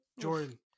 Jordan